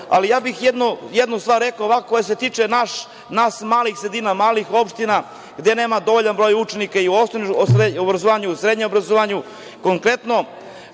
ja bih jednu stvar rekao ovako koja se tiče nas iz malih sredina, malih opština, gde nema dovoljan broj učenika u srednjem obrazovanju. Konkretno,